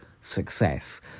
success